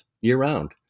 year-round